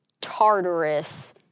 Tartarus